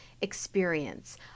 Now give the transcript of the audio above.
experience